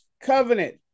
covenant